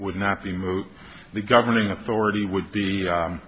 would not be moot the governing authority would be